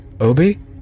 Obi